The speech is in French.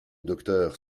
docteur